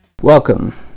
Welcome